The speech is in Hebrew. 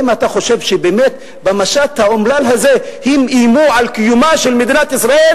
האם אתה חושב שבאמת במשט האומלל הזה הם איימו על קיומה של מדינת ישראל?